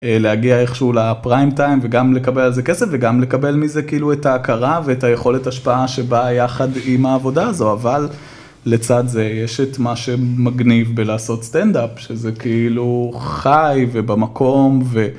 אה, הגיע איכשהו לפריים טיים וגם לקבל על זה כסף וגם לקבל מזה כאילו את ההכרה ואת היכולת השפעה שבאה יחד עם העבודה הזו אבל לצד זה יש את מה שמגניב בלעשות סטנדאפ שזה כאילו חי ובמקום ו...